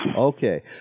Okay